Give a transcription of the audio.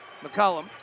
McCollum